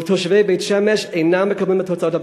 רוב תושבי בית-שמש אינם מקבלים את תוצאות הבחירות.